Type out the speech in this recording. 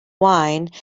wine